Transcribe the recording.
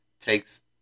takes